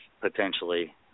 potentially